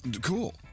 Cool